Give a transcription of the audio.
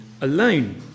alone